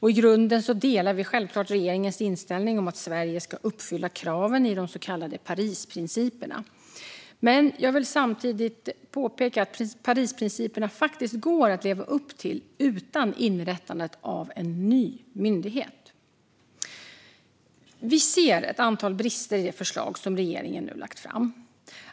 I grunden delar vi självklart regeringens inställning att Sverige ska uppfylla kraven i de så kallade Parisprinciperna, men jag vill samtidigt påpeka att Parisprinciperna faktiskt går att leva upp till utan inrättandet av en ny myndighet. Vi ser flera brister i det förslag som regeringen nu har lagt fram.